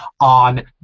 on